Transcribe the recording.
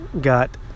got